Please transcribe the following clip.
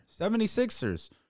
76ers